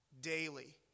daily